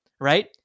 right